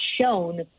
shown